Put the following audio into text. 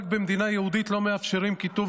רק במדינה יהודית לא מאפשרים כיתוב